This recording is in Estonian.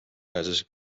pääses